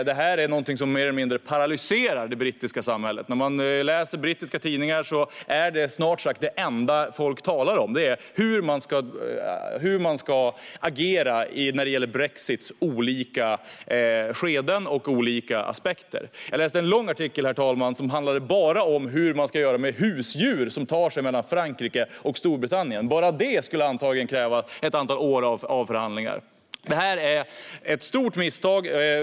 Detta är någonting som mer eller mindre paralyserar det brittiska samhället. Man kan läsa brittiska tidningar. Detta är snart sagt det enda folk talar om. Hur ska man agera när det gäller brexits olika skeden och olika aspekter? Jag läste en lång artikel, herr talman, som bara handlade om hur man ska göra med husdjur som transporteras mellan Frankrike och Storbritannien. Bara det skulle antagligen kräva ett antal år av förhandlingar. Detta är ett stort misstag.